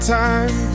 time